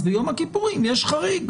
אז ביום הכיפורים יש חריג,